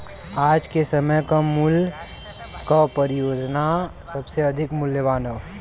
आज के समय क मूल्य क परियोजना सबसे अधिक मूल्यवान हौ